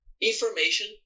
information